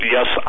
Yes